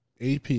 AP